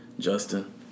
Justin